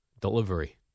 Delivery